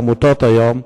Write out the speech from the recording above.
אמרתי